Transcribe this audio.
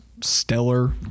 stellar